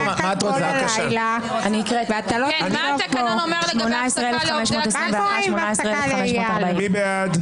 18,260. מי בעד?